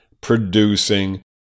producing